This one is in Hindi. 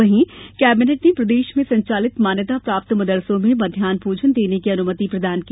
वहीं कैबिनेट ने प्रदेश में संचालित मान्यता प्राप्त मदरसों में मध्यान भोजन देने की अनुमति प्रदान की